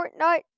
Fortnite